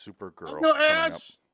Supergirl